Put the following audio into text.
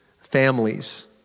families